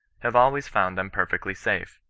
have always found them perfectly safe.